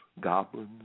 goblins